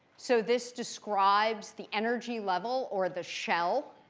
so this describes the energy level or the shell.